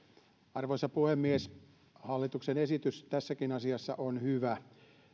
arvoisa puhemies hallituksen esitys tässäkin asiassa on hyvä